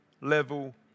level